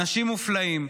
אנשים מופלאים,